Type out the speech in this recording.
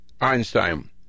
Einstein